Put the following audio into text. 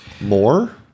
more